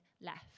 left